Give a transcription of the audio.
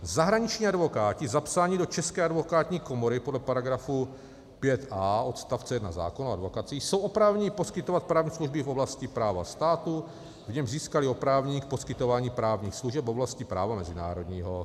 Zahraniční advokáti zapsaní do České advokátní komory podle § 5a odst. 1 zákona o advokacii jsou oprávněni poskytovat právní služby v oblasti práva státu, v němž získali oprávnění k poskytování právních služeb v oblasti práva mezinárodního.